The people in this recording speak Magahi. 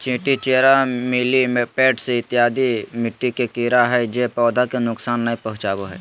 चींटी, चेरा, मिलिपैड्स इत्यादि मिट्टी के कीड़ा हय जे पौधा के नुकसान नय पहुंचाबो हय